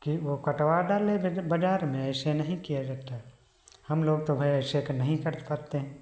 कि वो कटवा डाले बज बाज़ार में ऐसे नहीं किया जाता है हम लोग तो भाई ऐसे कर नहीं कर पाते हैं